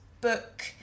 book